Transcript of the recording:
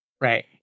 Right